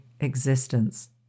existence